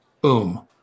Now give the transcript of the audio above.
boom